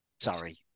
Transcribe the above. Sorry